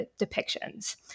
depictions